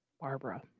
Barbara